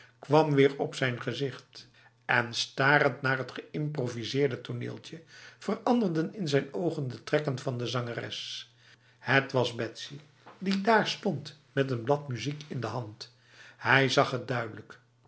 kwam weer op zijn gezicht en starend naar het geïmproviseerd toneeltje veranderden in zijn ogen de trekken van de zangeres het was betsy die daar stond met een blad muziek in de hand hij zag het duidelijk